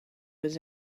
was